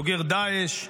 בוגר דאעש,